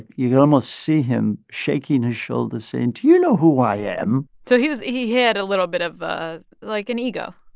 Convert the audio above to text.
you could almost see him shaking his shoulders, saying do you know who i am? so he was he had a little bit of, ah like, an ego?